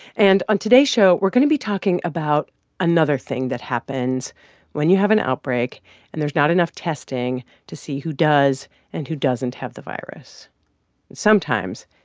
and on today's show, we're going to be talking about another thing that happens when you have an outbreak and there's not enough testing to see who does and who doesn't have the virus. and sometimes,